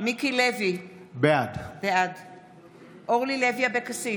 מיקי לוי, בעד אורלי לוי אבקסיס,